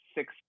six